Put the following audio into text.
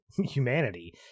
humanity